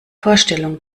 vorstellung